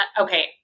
Okay